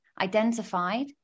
identified